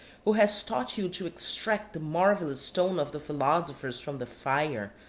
who has taught you to extract the marvellous stone of the philosophers from the fire,